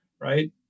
right